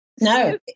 No